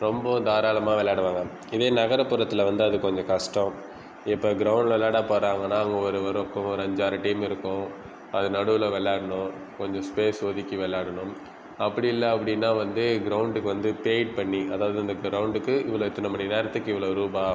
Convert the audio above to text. ரொம்ப தாராளமாக விளையாடுவாங்க இதே நகர்புறத்திலே வந்து அது கொஞ்சம் கஷ்டம் இப்ப கிரௌண்ட் விளாட போறாங்கன்னா அங்க ஒரு ஒரு அஞ்சாறு டீம் இருக்கும் அது நடுவில் வெள்ளாடணும் கொஞ்சம் ஸ்பேஸ் ஒதுக்கி வெள்ளாடணும் அப்படி இல்லை அப்படினா வந்து கிரௌண்டுக்கு வந்து பேய்ட் பண்ணி அதாவது அந்த கிரௌண்டுக்கு இவ்வளோ இத்தனை மணிநேரத்துக்கு இவ்வளோ ரூபாய்